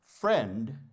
Friend